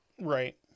Right